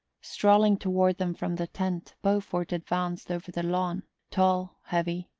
strolling toward them from the tent beaufort advanced over the lawn, tall, heavy,